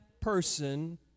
person